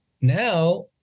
Now